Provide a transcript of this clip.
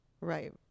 Right